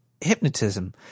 Hypnotism